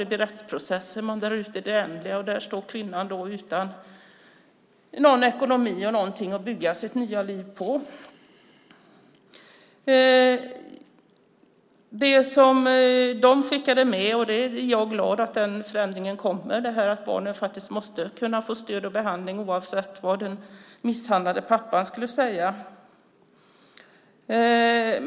Det blir rättsprocesser som det dras ut på i det oändliga, och där står då kvinnan utan någon ekonomi och någonting att bygga sitt nya liv på. Det som de skickade med, och jag är glad att den förändringen kommer, är att barnen måste kunna få stöd och behandling oavsett vad den misshandlande pappan skulle säga.